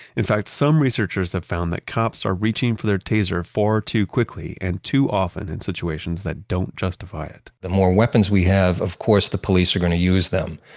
in fact, some researchers have found that cops are reaching for their taser far too quickly and too often in situations that don't justify it the more weapons we have, of course the police are going to use them.